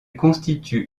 constitue